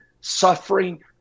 suffering